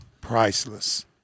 priceless